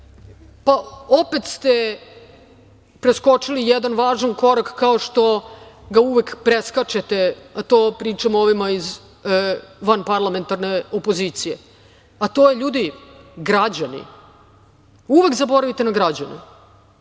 pa opet ste preskočili jedan važan korak, kao što ga uvek preskačete, a to pričam o ovima iz vanparlamentarne opozicije, a to su građani. Uvek zaboravite na građane.